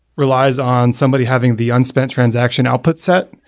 relies on somebody having the unspent transaction outputs set.